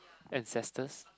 ancestors